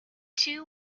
two